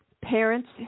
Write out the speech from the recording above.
Parents